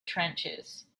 trenches